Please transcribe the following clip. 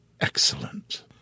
Excellent